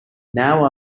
now